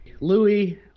Louis